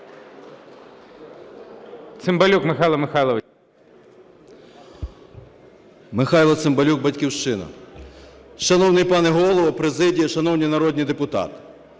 Михайло Цимбалюк, "Батьківщина". Шановний пане Голово, шановні народні депутати,